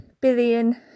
billion